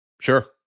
Sure